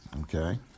okay